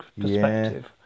perspective